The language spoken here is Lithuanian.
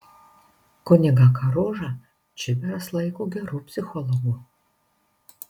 kunigą karužą čibiras laiko geru psichologu